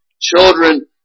children